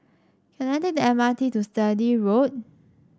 can I take the M R T to Sturdee Road